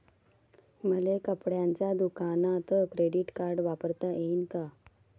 मले कपड्याच्या दुकानात क्रेडिट कार्ड वापरता येईन का?